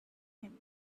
him